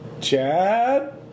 Chad